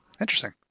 interesting